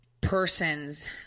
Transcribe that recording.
persons